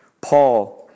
Paul